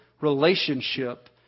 relationship